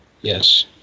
Yes